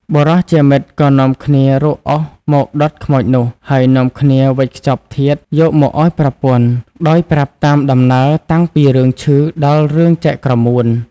បុរសជាមិត្តក៏នាំគ្នារកអុសមកដុតខ្មោចនោះ ហើយនាំគ្នាវេចខ្ចប់ធាតុយកមកឲ្យប្រពន្ធ ដោយប្រាប់តាមដំណើរតាំងពីរឿងឈឺ ដល់រឿងចែកក្រមួន។